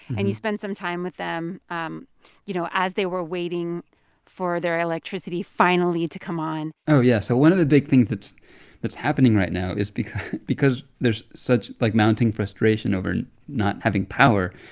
and you spent some time with them, um you know, as they were waiting for their electricity finally to come on oh, yeah. so one of the big things that's that's happening right now is because there's such, like, mounting frustration over not having power,